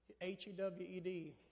H-E-W-E-D